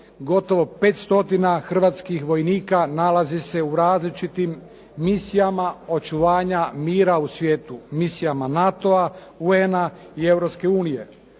stotina hrvatskih vojnika, nalazi se u različitim misijama očuvanja mira u svijetu, misijama NATO-a UN-a i